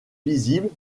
visibles